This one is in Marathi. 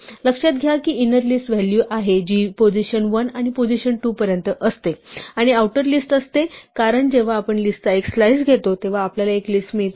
लक्षात घ्या की इनर लिस्ट व्हॅल्यू आहे जी पोझिशन 1 आणि पोझिशन 2 पर्यंत असते आणि आऊटर लिस्ट असते कारण जेव्हा आपण लिस्टचा एक स्लाइस घेतो तेव्हा आपल्याला एक लिस्ट मिळते